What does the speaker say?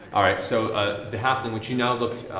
all right, so ah the halfling, which you now look,